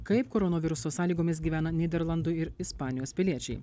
kaip koronoviruso sąlygomis gyvena nyderlandų ir ispanijos piliečiai